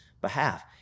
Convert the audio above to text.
behalf